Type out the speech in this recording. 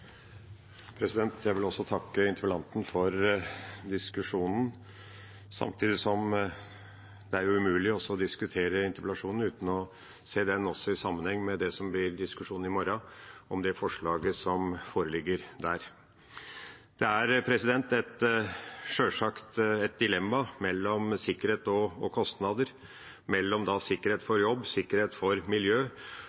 Jeg vil også takke interpellanten for diskusjonen. Samtidig er det umulig å diskutere interpellasjonen uten også å se den i sammenheng med det som blir diskusjonen i morgen om forslaget som ligger der. Det er sjølsagt et dilemma mellom sikkerhet og kostnader – mellom sikkerhet